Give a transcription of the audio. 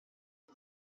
mae